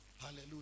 Hallelujah